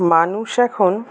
মানুষ এখন